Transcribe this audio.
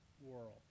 world